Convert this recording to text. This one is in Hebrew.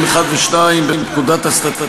ואני לא מוכן.